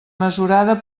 mesurada